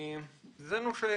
שזה נושא